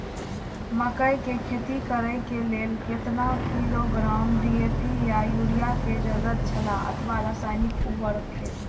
मकैय के खेती करे के लेल केतना किलोग्राम डी.ए.पी या युरिया के जरूरत छला अथवा रसायनिक उर्वरक?